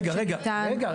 רגע, רגע.